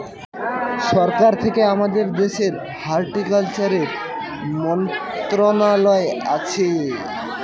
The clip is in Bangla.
সরকার থেকে আমাদের দেশের হর্টিকালচারের মন্ত্রণালয় আছে